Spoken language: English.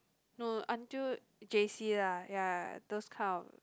no until J_C lah ya those kind of